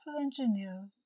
engineer